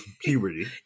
puberty